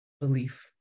belief